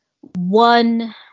one